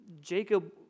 Jacob